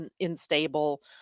unstable